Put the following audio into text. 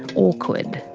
and awkward.